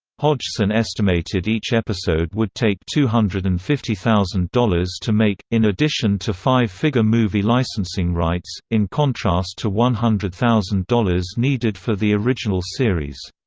hodgson estimated each episode would take two hundred and fifty thousand dollars to make, in addition to five-figure movie licensing rights, in contrast to one hundred thousand dollars needed for the original series.